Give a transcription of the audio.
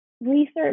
research